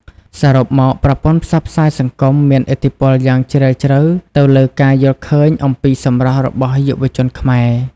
សរុបមក ប្រព័ន្ធផ្សព្វផ្សាយសង្គមមានឥទ្ធិពលយ៉ាងជ្រាលជ្រៅទៅលើការយល់ឃើញអំពីសម្រស់របស់យុវជនខ្មែរ។